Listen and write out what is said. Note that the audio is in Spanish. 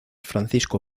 francisco